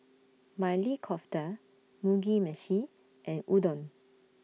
Maili Kofta Mugi Meshi and Udon